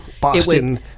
Boston